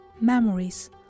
memories